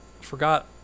forgot